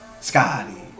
Scotty